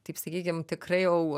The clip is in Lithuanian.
taip sakykim tikrai jau